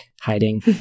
hiding